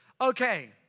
Okay